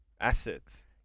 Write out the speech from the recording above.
assets